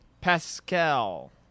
Pascal